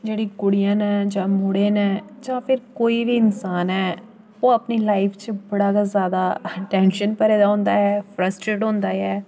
जेह्ड़ी कुड़ियां न जां मुड़े न जां फिर कोई बी इंसान ऐ ओह् अपनी लाइफ च बड़ा जादा टेंशन च भरे दा होंदा ऐ फ्रस्ट्रेट होंदा ऐ